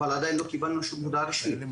אבל עדיין לא קיבלנו שום הודעה רישמית,